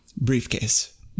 Briefcase